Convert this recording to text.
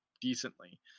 decently